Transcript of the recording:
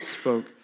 spoke